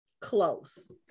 close